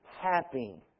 happy